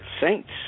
Saints